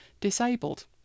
Disabled